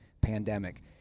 pandemic